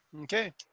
Okay